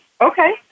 Okay